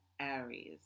Aries